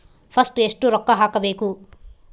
First ಎಷ್ಟು ರೊಕ್ಕ ಹಾಕಬೇಕು?